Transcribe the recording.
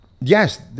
yes